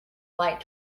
light